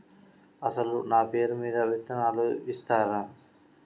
అసలు నా పేరు మీద విత్తనాలు ఇస్తారా?